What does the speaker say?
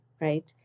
right